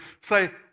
say